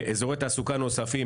אזורי תעסוקה נוספים,